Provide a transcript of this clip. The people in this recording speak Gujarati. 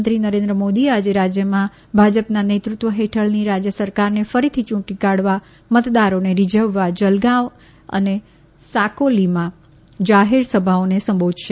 પ્રધાનમંત્રી નરેન્દ્ર મોદી આજે રાજ્યમાં ભાજપના નેતૃત્વ હેઠળની રાજ્ય સરકારને ફરીથી યૂંટી કાઢવા મતદારોને રીઝવવા જલગાંવ અને સાકોલીમાં જાહેરસભાઓને સંબોધશે